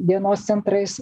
dienos centrais